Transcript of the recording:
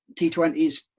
T20s